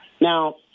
Now